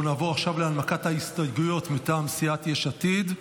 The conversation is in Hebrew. אנחנו נעבור עכשיו להנמקת ההסתייגויות מטעם סיעת יש עתיד.